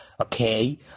okay